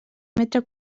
metre